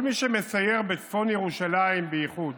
כל מי שמסייר, בצפון ירושלים בייחוד,